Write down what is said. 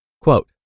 Quote